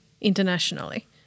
internationally